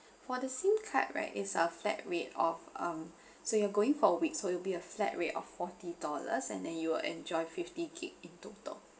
for the SIM card right is a flat rate of um so you're going for a week so it'll be a flat rate of forty dollars and then you will enjoy fifty gig in total